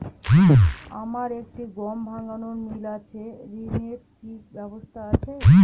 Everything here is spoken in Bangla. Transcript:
আমার একটি গম ভাঙানোর মিল আছে ঋণের কি ব্যবস্থা আছে?